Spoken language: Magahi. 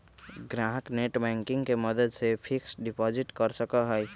ग्राहक नेटबैंकिंग के मदद से फिक्स्ड डिपाजिट कर सका हई